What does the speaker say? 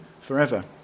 forever